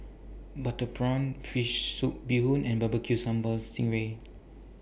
Butter Prawn Fish Soup Bee Hoon and B B Q Sambal Sing Ray